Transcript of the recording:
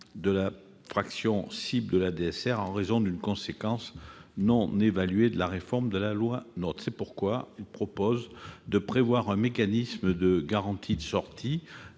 de la fraction « cible » de la DSR en raison d'une conséquence non évaluée de la réforme de la loi NOTRe. Il vous est donc proposé de prévoir un mécanisme de garantie de sortie